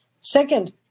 Second